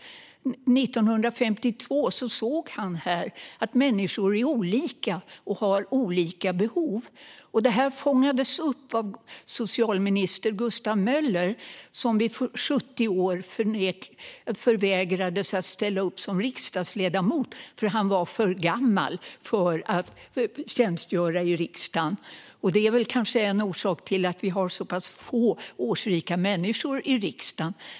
År 1952 såg han att människor är olika och har olika behov, och detta fångades upp av socialminister Gustav Möller, som vid 70 års ålder förvägrades att ställa upp som riksdagsledamot för att han var för gammal för att tjänstgöra i riksdagen. Att detta har hängt med är kanske en orsak till att vi har så pass få årsrika människor i riksdagen.